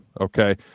Okay